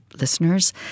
listeners